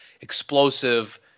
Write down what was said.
explosive